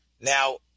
Now